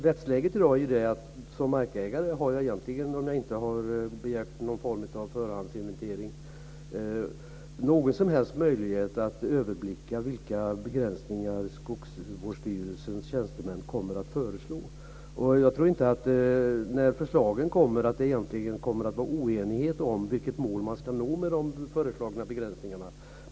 När det gäller rättsläget har jag som markägare, om jag inte har begärt någon form av förhandsinventering, inte några som helst möjligheter att överblicka vilka begränsningar som skogsvårdsstyrelsens tjänstemän kommer att föreslå. Jag tror inte att det råder någon oenighet om vilket mål som man ska nå med de föreslagna begränsningarna.